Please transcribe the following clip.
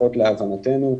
לפחות להבנתנו,